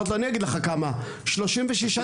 אני אמרתי לו, אני אגיד לך כמה 36 תדרים.